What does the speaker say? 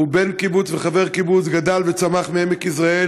אז קודם כול זו הזדמנות להודות לך,